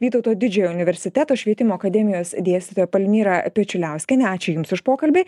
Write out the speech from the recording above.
vytauto didžiojo universiteto švietimo akademijos dėstytoją palmirą pečiuliauskienę ačiū jums už pokalbį